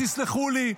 תסלחו לי,